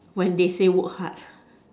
when they say work hard